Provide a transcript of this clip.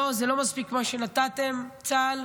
לא, זה לא מספיק מה שנתתם, צה"ל.